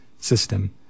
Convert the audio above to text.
system